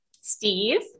steve